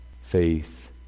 faith